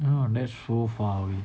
!wow! that's so far away